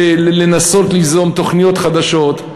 לנסות ליזום תוכניות חדשות,